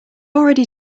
already